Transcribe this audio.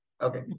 Okay